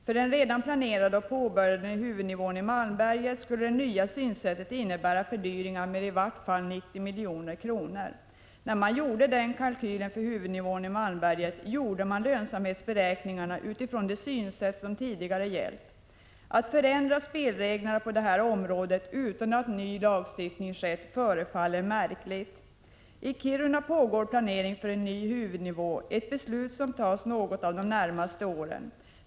För den redan planerade och påbörjade huvudnivån i Malmberget skulle det nya synsättet innebära fördyringar med i varje fall 90 milj.kr. När LKAB gjorde kalkylen för huvudnivån i Malmberget gjordes lönsamhetsberäkningarna utifrån det synsätt som tidigare gällt. Att förändra spelreglerna på detta område utan att lagstiftningen har ändrats förefaller märkligt. I Kiruna pågår planering för en ny huvudnivå, och beslut skall fattas något av de närmaste åren.